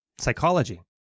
Psychology